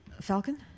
Falcon